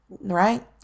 right